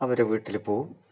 അവരുടെ വീട്ടിൽ പോകും